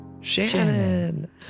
Shannon